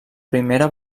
primera